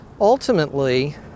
ultimately